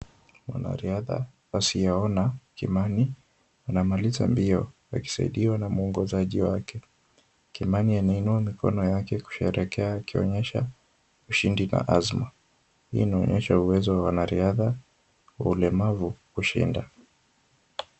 Mwanariadha asiyeona Kimani anamaliza mbio akisaidiwa na mwongozaji wake. Kimani anainua mikono yake kusherekea akionyesha ushindi na azma. Hii inaonyesha uwezo wa wanariadha wa ulemavu kushinda.